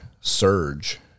surge